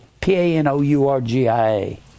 P-A-N-O-U-R-G-I-A